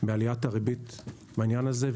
מעליית הריבית בעניין הזה.